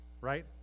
Right